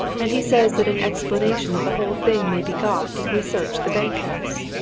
and he says that an explanation of the whole thing may be got if we search the bank-house.